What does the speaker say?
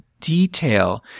detail